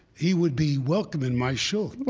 he would be welcome in my shul